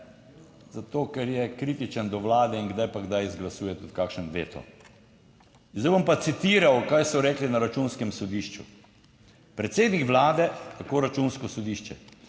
zato, ker je kritičen do Vlade in kdaj pa kdaj izglasuje tudi kakšen veto. Zdaj bom pa citiral kaj so rekli na Računskem sodišču, predsednik Vlade, tako Računsko sodišče: